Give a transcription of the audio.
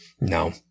no